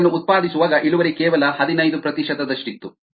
ಇದನ್ನು ಉತ್ಪಾದಿಸುವಾಗ ಇಳುವರಿ ಕೇವಲ ಹದಿನೈದು ಪ್ರತಿಶತದಷ್ಟಿತ್ತು